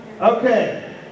Okay